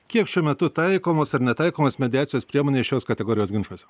kiek šiuo metu taikomos ar netaikomos mediacijos priemonės šios kategorijos ginčuose